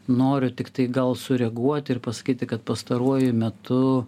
noriu tiktai gal sureaguoti ir pasakyti kad pastaruoju metu